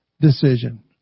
decision